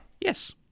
Yes